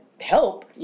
help